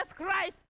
Christ